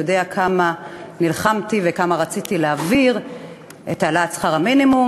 יודע כמה נלחמתי וכמה רציתי להעביר את העלאת שכר המינימום,